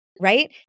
right